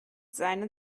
seine